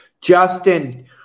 justin